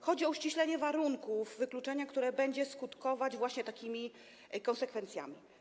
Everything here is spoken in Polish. Chodzi o uściślenie warunków wykluczenia, które będzie skutkować właśnie takimi konsekwencjami.